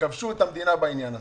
שכבשו את המדינה בעניין הזה.